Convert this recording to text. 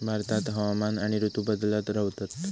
भारतात हवामान आणि ऋतू बदलत रव्हतत